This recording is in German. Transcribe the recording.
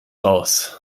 raus